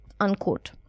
unquote